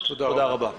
תודה רבה.